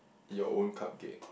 your own cupcake